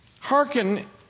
Hearken